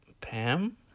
Pam